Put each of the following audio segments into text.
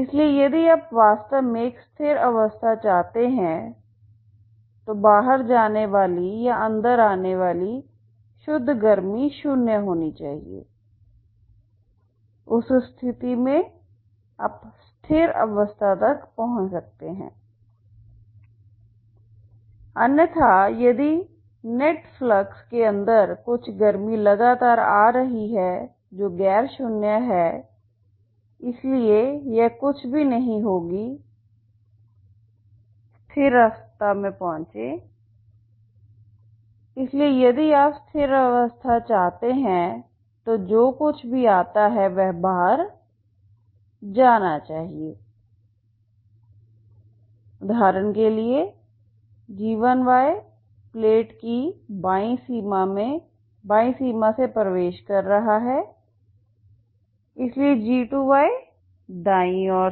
इसलिए यदि आप वास्तव में एक स्थिर अवस्था चाहते हैं तो बाहर जाने वाली या अंदर आने वाली शुद्ध गर्मी शून्य होनी चाहिए उस स्थिति में आप स्थिर अवस्था तक पहुंच सकते हैं अन्यथा यदि नेट फ्लक्स के अंदर कुछ गर्मी लगातार आ रही है जो गैर शून्य है इसलिए यह कभी नहीं होगी स्थिर अवस्था में पहुँचें इसलिए यदि आप स्थिर अवस्था चाहते हैं तो जो कुछ भी आता है वह बाहर जाना चाहिए उदाहरण के लिए g1 प्लेट की बाईं सीमा से प्रवेश कर रहा है इसलिए g2 दाईं ओर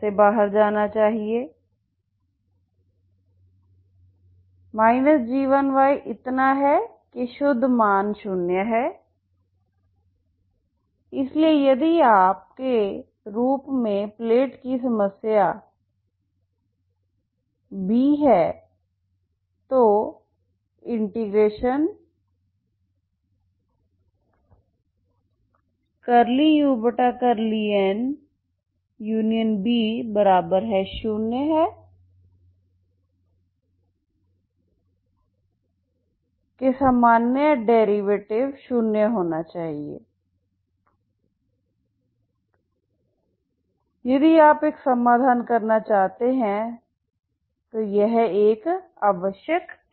से बाहर जाना चाहिए g1 इतना है कि शुद्ध मान शून्य है इसलिए यदि आप प्लेट की सीमा B कहते हैंतो ∂u∂n⏟B0है यानी कि सामान्य डेरिवेटिव शून्य होना चाहिए यदि आप एक समाधान करना चाहते हैं यह एक आवश्यक शर्त है